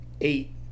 eight